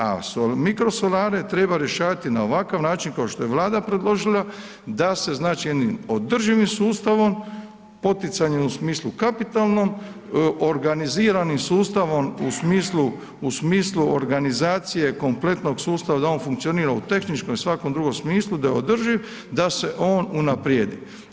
A mikrosolare treba rješavati na ovakav način kao što je Vlada predložila, da se znači održivim sustavom, poticanjem u smislu kapitalnom, organiziranim sustavom u smislu, u smislu organizacije kompletnog sustava da on funkcionira u tehničkom i svakom drugom smislu da je održiv, da se on unaprijedi.